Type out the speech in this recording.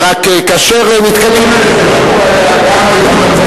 אין בזה שום בעיה.